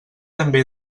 també